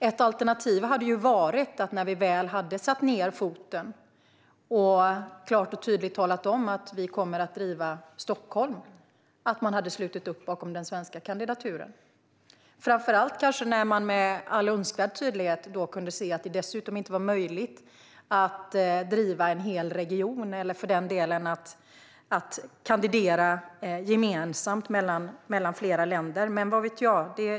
Ett alternativ hade varit att man hade slutit upp bakom den svenska kandidaturen när vi väl hade satt ned foten och klart och tydligt talat om att vi kommer att driva Stockholm, kanske framför allt när man dessutom med all önskvärd tydlighet kunde se att det inte var möjligt att driva en hel region eller för den delen för flera länder att kandidera gemensamt. Men vad vet jag?